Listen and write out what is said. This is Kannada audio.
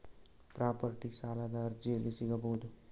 ಪ್ರಾಪರ್ಟಿ ಸಾಲದ ಅರ್ಜಿ ಎಲ್ಲಿ ಸಿಗಬಹುದು?